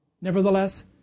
Nevertheless